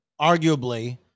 arguably